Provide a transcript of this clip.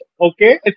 Okay